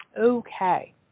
Okay